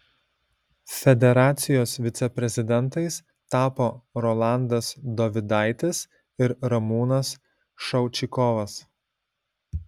federacijos viceprezidentais tapo rolandas dovidaitis ir ramūnas šaučikovas